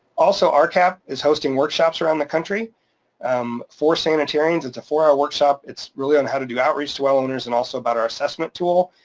also, rcap is hosting workshops around the country um for sanitarians. it's a four hour workshop. it's really on how to do outreach to well owners and also about our assessment tool,